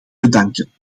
bedanken